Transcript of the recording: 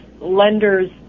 lenders